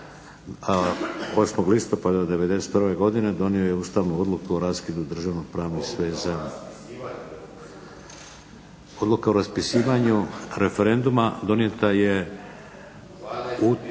a 8. listopada '91. godine donio je ustavnu odluku o raskidu državno-pravnih sveza. …/Upadica se ne razumije./… Odluka o raspisivanju referenduma donijeta je